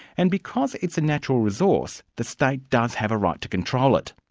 and because it's a natural resource, the state does have a right to control it.